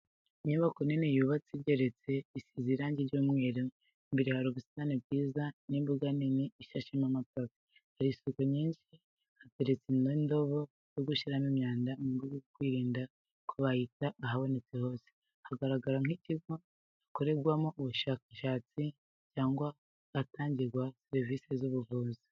inyubako nini yubatse igeretse, isize irangi ry'umweru, imbere hari ubusitani bwiza n'imbuga nini ishashemo amapave, hari isuku nyinshi hateretse n'indobo yo gushyiramo imyanda mu rwego rwo kwirinda ko bayita ahabonetse hose. Haragaragara nk'ikigo gikorerwamo ubushakashatsi cyangwa nk'ahatangirwa serivise z'ubuvuzi.